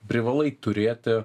privalai turėti